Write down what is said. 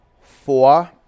Four